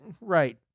Right